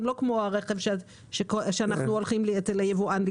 הן לא כמו של הרכב שהולכים לקנות אותו אצל היבואן.